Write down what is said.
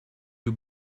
you